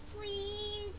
please